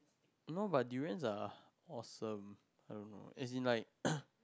no but durians are awesome no no as in like